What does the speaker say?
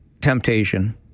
temptation